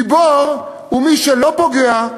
גיבור הוא מי שלא פוגע,